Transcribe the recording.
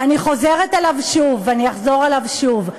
אני חוזרת עליו שוב ואני אחזור עליו שוב: